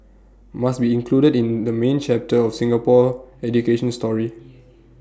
must be included in the main chapter of Singapore education story